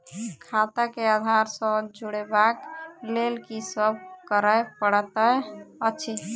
खाता केँ आधार सँ जोड़ेबाक लेल की सब करै पड़तै अछि?